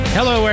Hello